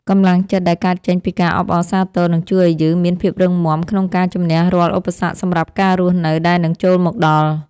កម្លាំងចិត្តដែលកើតចេញពីការអបអរសាទរនឹងជួយឱ្យយើងមានភាពរឹងមាំក្នុងការជម្នះរាល់ឧបសគ្គសម្រាប់ការរស់នៅដែលនឹងចូលមកដល់។